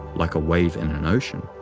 like a wave in an ocean.